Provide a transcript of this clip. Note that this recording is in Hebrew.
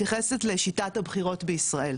מתייחסת ל שיטת הבחירות בישראל,